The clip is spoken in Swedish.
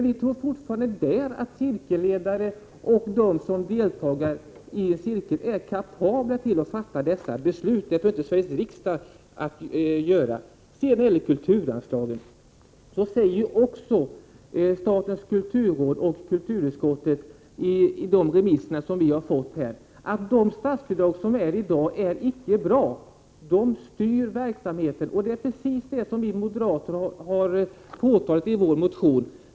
Vi tror fortfarande att cirkelledaren och de som deltar i cirkeln är kapabla att själva fatta beslutet. Det behöver inte Sveriges riksdag göra. Sedan till kulturanslaget. Kulturutskottet och statens kulturråd säger i de remissvar som vi har fått att dagens statsbidrag icke är bra, att de styr verksamheten. Det är precis vad vi har påtalat i vår motion.